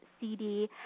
cd